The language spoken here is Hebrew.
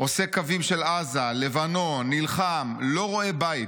עושה קווים של עזה, לבנון, נלחם, לא רואה בית,